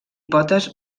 potes